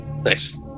Nice